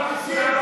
אתה מפריע כרגע.